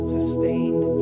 Sustained